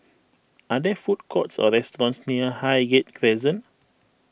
are there food courts or restaurants near Highgate Crescent